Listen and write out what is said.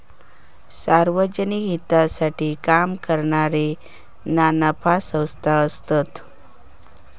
सार्वजनिक हितासाठी काम करणारे ना नफा संस्था असतत